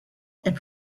and